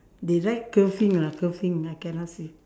they write curving lah curving I cannot see